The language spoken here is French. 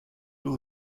and